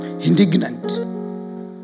Indignant